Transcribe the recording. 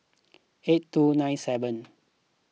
eight two nine seven